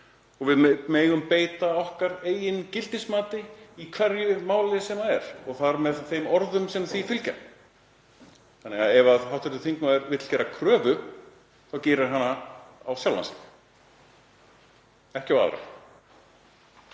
um. Við megum beita okkar eigin gildismati í hverju máli og þar með þeim orðum sem því fylgja. Þannig að ef hv. þingmaður vill gera kröfu þá gerir hann hana á sjálfan sig, ekki á aðra.